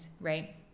right